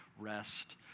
rest